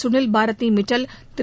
Sunil Bharti Mittal Thiru